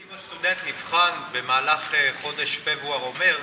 אם הסטודנט נבחן במהלך חודש פברואר או מרס,